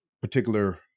particular